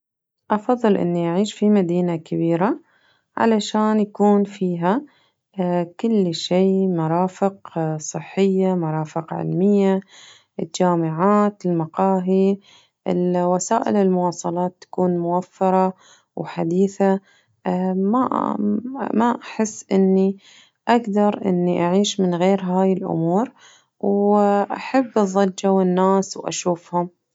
أفضل إني أعيش في مدينة كبيرة علشان يكون فيها كل شي مرافق صحية مرافق علمية الجامعات المقاهي الوسائل المواصلات تكون موفرة وحديثة ما ما أحس إني أقدر إني أعيش من غير هاي الأمور وأحب أظل جوا الناس وأشوفهم.